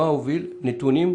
נתונים,